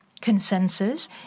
consensus